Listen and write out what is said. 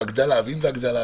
הגדלה, ואם זאת הגדלה?